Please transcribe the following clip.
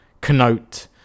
connote